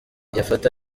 yafata